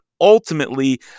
ultimately